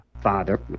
father